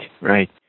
right